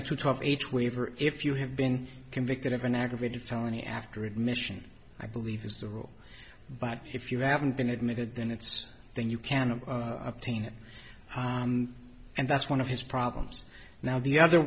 age waiver if you have been convicted of an aggravated felony after admission i believe is the rule but if you haven't been admitted then it's then you cannot obtain it and that's one of his problems now the other